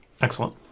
Excellent